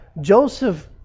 Joseph